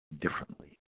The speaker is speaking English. differently